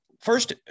First